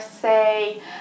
say